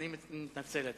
אני מתנצל,